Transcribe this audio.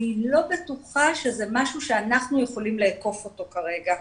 אני לא בטוחה שזה משהו שאנחנו יכולים לאכפו כרגע.